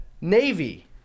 Navy